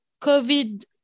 COVID